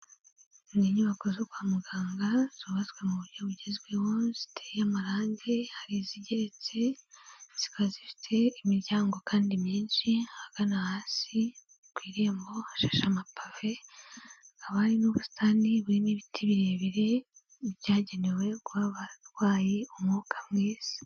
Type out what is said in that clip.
Ni inyubako zo kwa muganga zubatswe mu buryo bugezweho ziteye amarange, hari izigeretse, zikaba zifite imiryango kandi myinshi, ahagana hasi ku irembo hashashe amapave, haba hari n'ubusitani burimo ibiti birebire byagenewe guha abarwayi umwuka mwiza.